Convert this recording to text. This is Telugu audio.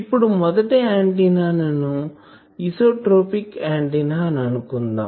ఇప్పుడు మొదటి ఆంటిన్నా ను ఐసోట్రోపిక్ ఆంటిన్నా అని అనుకుందాం